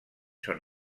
són